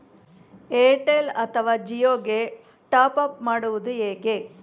Airtel ಅಥವಾ ಜಿಯೊ ಗೆ top up ಮಾಡುವುದು ಹೇಗೆ?